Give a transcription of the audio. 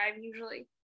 usually